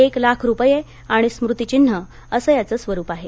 एक लाख रुपये आणि स्मृतिचिन्ह असं त्याचं स्वरूप आहे